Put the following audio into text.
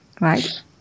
right